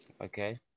Okay